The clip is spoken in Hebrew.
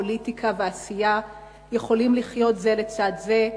פוליטיקה ועשייה יכולות לחיות זו לצד זו.